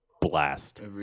blast